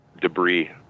debris